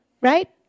right